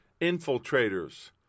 Infiltrators